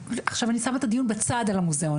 עכשיו אני שמה את הדיון בצד על המוזיאון,